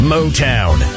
Motown